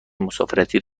مسافرتی